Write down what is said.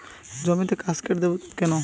জমিতে কাসকেড কেন দেবো?